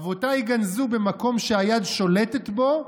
אבותיי גנזו במקום שהיד שולטת בו,